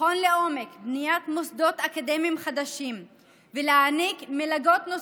לבחון לעומק בניית מוסדות אקדמיים חדשים ולהעניק מלגות נוספות.